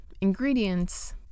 ingredients